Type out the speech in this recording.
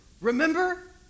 Remember